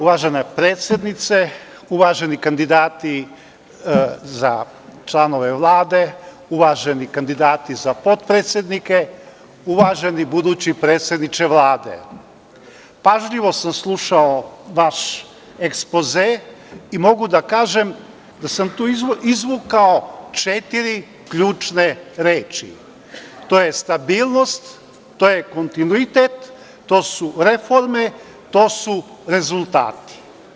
Uvažena predsednice, uvaženi kandidati za članove Vlade, uvaženi kandidati za potpredsednike, uvaženi budući predsedniče Vlade, pažljivo sam slušao vaš ekspoze i mogu da kažem da sam tu izvukao četiri ključne reči, a to su: stabilnost, kontinuitet, reforme i rezultati.